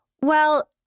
Well-